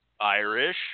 Irish